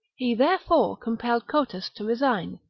he therefore compelled cotus to resign,